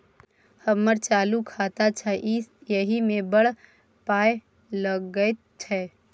हमर चालू खाता छै इ एहि मे बड़ पाय लगैत छै